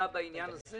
בעניין הזה